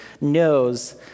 knows